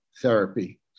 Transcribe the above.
Therapy